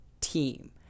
team